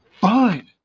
Fine